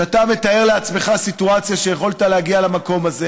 ואתה מתאר לעצמך סיטואציה שיכולת להגיע למקום הזה